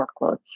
workload